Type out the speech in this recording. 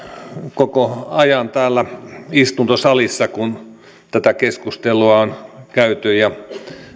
koko ajan täällä istuntosalissa kun tätä keskustelua on käyty